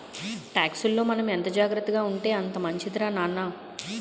టాక్సుల్లో మనం ఎంత జాగ్రత్తగా ఉంటే అంత మంచిదిరా నాన్న